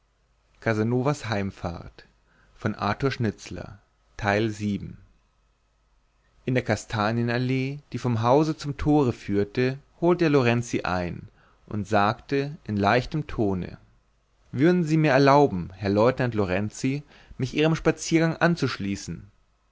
in der kastanienallee die vom hause zum tore führte holte er lorenzi ein und sagte in leichtem tone würden sie mir erlauben herr leutnant lorenzi mich ihrem spaziergang anzuschließen